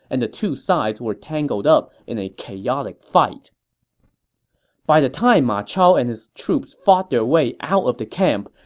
and the two sides were tangled in a chaotic fight by the time ma chao and his troops fought their way out of the camp,